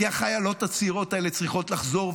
כי החיילות הצעירות האלה צריכות לחזור,